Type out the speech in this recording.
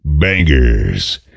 bangers